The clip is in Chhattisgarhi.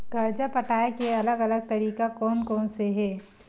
कर्जा पटाये के अलग अलग तरीका कोन कोन से हे?